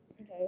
Okay